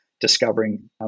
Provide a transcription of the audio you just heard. Discovering